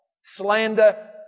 slander